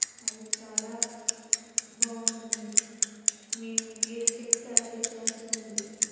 అది చాలా బాగుంటుంది నేను ఏది చెప్తే అదే చేస్తుంది